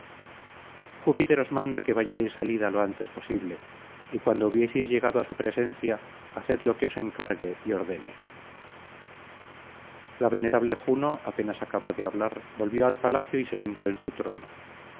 os manda que vayáis al ida lo antes posible y cuando hubiereis llegado á su presencia haced lo que os encargue y ordene la venerable juno apenas acabó de hablar volvió al palacio y se sehtó en su trono